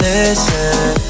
Listen